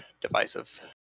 divisive